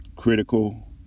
Critical